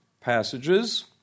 passages